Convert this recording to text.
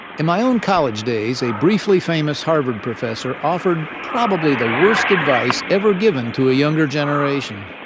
in my own college days, a briefly famous harvard professor offered probably the worst advice ever given to a younger generation.